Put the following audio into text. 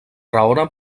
raona